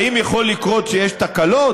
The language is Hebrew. האם יכול לקרות שיש תקלות?